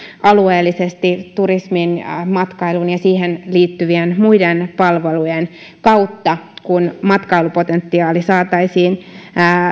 alueellisesti turismin ja matkailun ja siihen liittyvien muiden palvelujen kautta kun matkailupotentiaali saataisiin